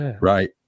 Right